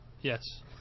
Yes